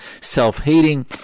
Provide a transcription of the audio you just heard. self-hating